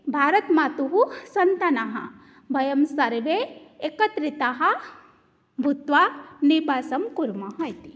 भारतमातुः सन्तानाः वयं सर्वे एकत्रिताः भूत्वा निवासं कुर्मः इति